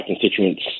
constituents